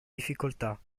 difficoltà